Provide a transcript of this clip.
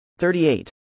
38